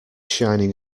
shining